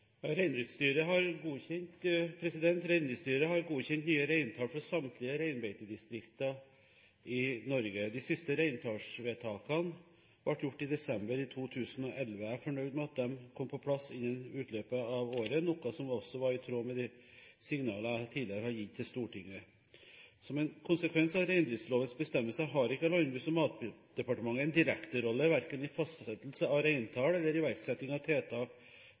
har godkjent nye reintall for samtlige reinbeitedistrikter i Norge. De siste reintallsvedtakene ble gjort i desember 2011. Jeg er fornøyd med at de kom på plass innen utgangen av året, noe som også var i tråd med de signaler jeg tidligere har gitt til Stortinget. Som en konsekvens av reindriftslovens bestemmelser har ikke Landbruks- og matdepartementet en direkte rolle, verken i fastsettelsen av reintall eller iverksetting av tiltak